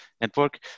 Network